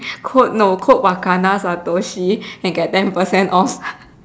quote no quote and get ten percent off